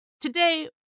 today